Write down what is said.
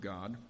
God